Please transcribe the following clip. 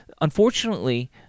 Unfortunately